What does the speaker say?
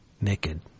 naked